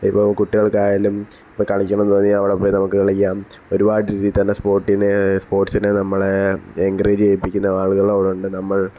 ഇപ്പം കുട്ടികൾക്കായാലും ഇപ്പം കളിക്കണം എന്ന് തോന്നിയാൽ അവിടെ പോയി നമുക്ക് കളിക്കാം ഒരുപാട് രീതിയിൽത്തന്നെ സ്പോട്ടിനെ സ്പോർട്ട്സിനെ നമ്മളെ എൻകറേജ് ചെയ്യിപ്പിക്കുന്ന ആളുകൾ അവിടെയുണ്ട്